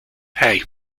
hey